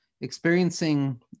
experiencing